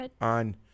on